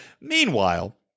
Meanwhile